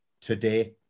today